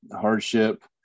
hardship